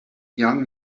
young